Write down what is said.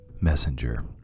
Messenger